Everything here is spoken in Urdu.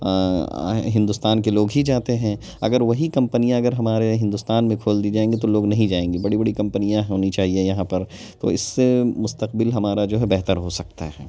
ہندوستان کے لوگ ہی جاتے ہیں اگر وہی کمپنیاں اگر ہمارے ہندوستان میں کھول دی جائیں گی تو لوگ نہیں جائیں گے بڑی بڑی کمپنیاں ہونی چاہیے یہاں پر تو اس سے مستقبل ہمارا جو ہے بہتر ہو سکتا ہے